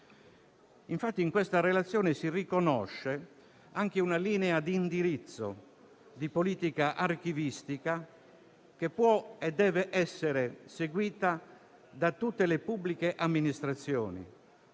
Doria. Nella relazione si riconosce una linea di indirizzo di politica archivistica, che può e che deve essere seguita da tutte le pubbliche amministrazioni